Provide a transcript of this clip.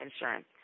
Insurance